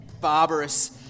barbarous